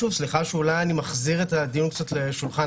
סליחה שאולי אני מחזיר את הדיון לשולחן